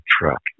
truck